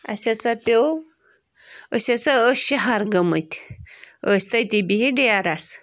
اَسہِ ہسا پیوٚو أسۍ ہسا ٲسۍ شہر گٔمٕتۍ ٲسۍ تٔتی بِہِتھ ڈیرَس